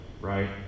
right